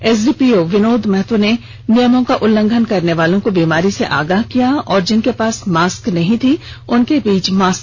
SDPO Vinod Mahto ने नियमों का उल्लंघन करने वालो को बीमारी से आगाह किया और जिनके पास मास्क नहीं था उनके बीच मास्क वितरित किया